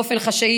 באופן חשאי,